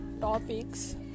topics